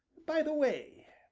by the way,